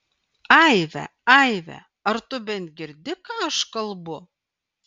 aive aive ar tu bent girdi ką aš kalbu